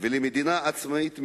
ולמדינה עצמאית משלהם,